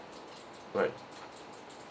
right